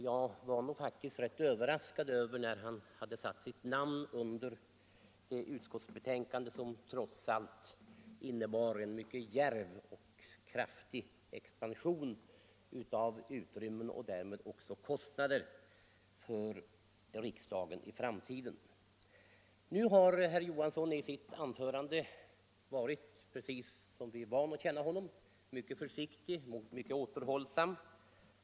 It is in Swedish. Jag blev därför rätt överraskad över att han hade satt sitt namn under ett utskottsbetänkande som trots allt innebar en mycket djärv och kraftig expansion av utrymmena och därmed också kostnaderna för riksdagen i framtiden. I sitt anförande nyss var herr Johansson emellertid som vi är vana vid: mycket försiktig och återhållsam.